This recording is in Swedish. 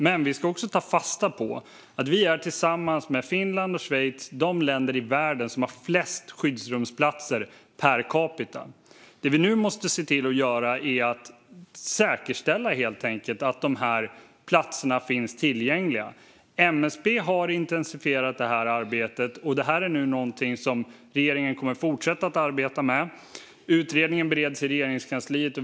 Men vi ska också ta fasta på att vi tillsammans med Finland och Schweiz är de länder i världen som har flest skyddsrumsplatser per capita. Det vi nu måste se till att göra är att helt enkelt säkerställa att platserna finns tillgängliga. MSB har intensifierat detta arbete, och det är någonting som regeringen nu kommer att fortsätta att arbeta med. Utredningen bereds i Regeringskansliet.